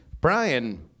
Brian